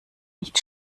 nicht